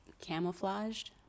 Camouflaged